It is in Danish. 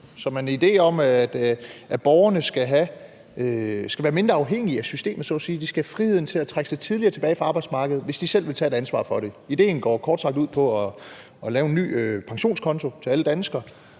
som er en idé om, at borgerne skal være mindre afhængige af systemet, så at sige. De skal have friheden til at trække sig tidligere tilbage fra arbejdsmarkedet, hvis de selv vil tage et ansvar for det. Idéen går jo kort sagt ud på at lave en ny pensionskonto til alle danskere,